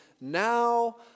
now